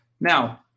Now